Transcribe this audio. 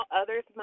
others